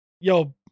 Yo